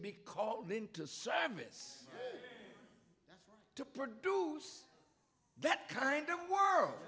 be called into service to produce that kind of world